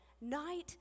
night